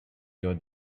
your